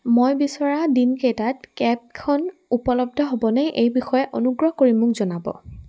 মই বিচৰা দিনকেইটাত কেবখন উপলব্ধ হ'বনে এই বিষয়ে অনুগ্ৰহ কৰি মোক জনাব